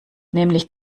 nämlich